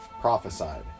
prophesied